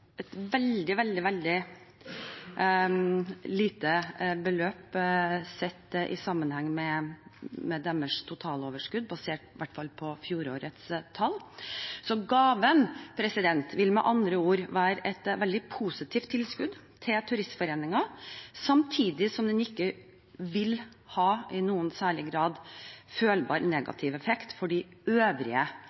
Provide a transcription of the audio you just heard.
et veldig lite beløp sett i sammenheng med deres totaloverskudd, i hvert fall basert på fjorårets tall. Så gaven vil med andre ord være et veldig positivt tilskudd til Turistforeningen, samtidig som den ikke i noen særlig grad vil ha følbar negativ effekt for de øvrige